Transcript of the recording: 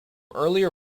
earlier